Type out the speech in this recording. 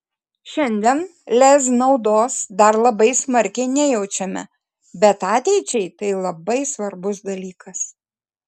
šiandien lez naudos dar labai smarkiai nejaučiame bet ateičiai tai labai svarbus dalykas